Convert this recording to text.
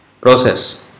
process